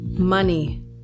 money